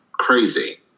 crazy